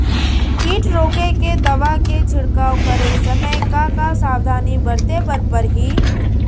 किट रोके के दवा के छिड़काव करे समय, का का सावधानी बरते बर परही?